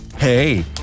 Hey